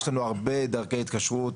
יש לנו הרבה דרכי התקשרות,